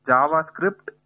JavaScript